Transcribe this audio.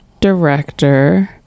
director